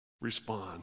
respond